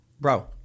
bro